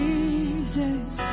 Jesus